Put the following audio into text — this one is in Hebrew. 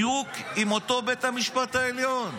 בדיוק עם אותו בית המשפט העליון.